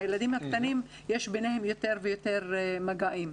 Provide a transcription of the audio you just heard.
אצל הילדים הקטנים יש יותר ויותר מגעים.